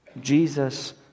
Jesus